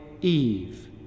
Eve